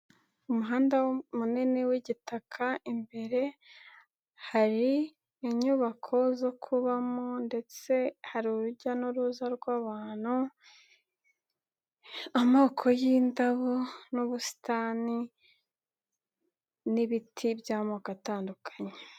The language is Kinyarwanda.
Umuhanda munini w'igitaka, imbere hari inyubako zo kubamo ndetse hari urujya n'uruza rw'abantu, amoko y'indabo n'ubusitani n'ibiti by'amoko atandukanye.